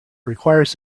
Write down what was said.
requires